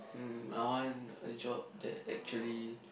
mm I want a job that actually